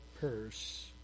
purse